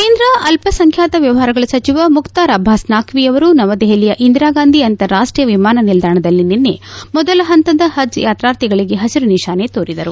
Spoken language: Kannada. ಕೇಂದ್ರ ಅಲ್ಪಸಂಖ್ಯಾತ ವ್ಯವಹಾರಗಳ ಸಚಿವ ಮುಕ್ತಾರ್ ಅಬ್ಬಾಸ್ ನಖ್ವಿ ಅವರು ನವದೆಹಲಿಯ ಇಂದಿರಾ ಗಾಂಧಿ ಅಂತಾರಾಷ್ಟೀಯ ವಿಮಾನ ನಿಲ್ದಾಣದಲ್ಲಿ ನಿನ್ನೆ ಮೊದಲ ಹಂತದ ಹಜ್ ಯಾತಾರ್ಥಿಗಳಿಗೆ ಹಸಿರು ನಿಶಾನೆ ತೋರಿದರು